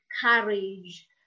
courage